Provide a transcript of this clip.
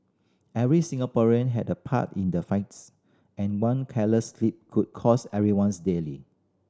every Singaporean had a part in the fights and one careless slip could cost everyone's dearly